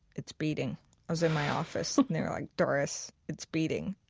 it's beating. i was in my office, and they were like, doris, it's beating.